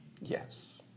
Yes